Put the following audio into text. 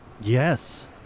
Yes